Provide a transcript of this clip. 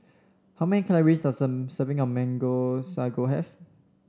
how many calories does a serving of Mango Sago have